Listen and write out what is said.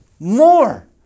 More